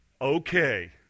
okay